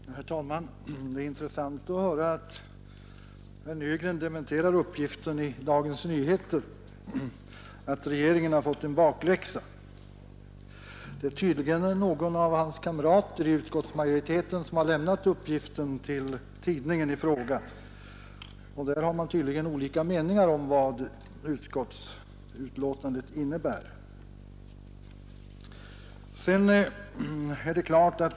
Herr talman! Det är intressant att höra att herr Nygren dementerar uppgiften i Dagens Nyheter att regeringen har fått en bakläxa. Det är tydligen någon av hans kamrater i utskottsmajoriteten som har lämnat uppgiften till tidningen i fråga, och det råder uppenbarligen olika meningar om vad utskottsskrivningen innebär.